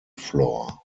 floor